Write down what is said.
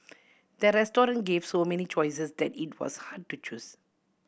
the restaurant gave so many choices that it was hard to choose